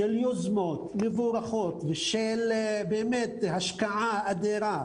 של יוזמות מבורכות ושל השקעה אדירה,